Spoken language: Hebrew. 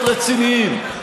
להיות רציניים,